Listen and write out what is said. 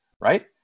right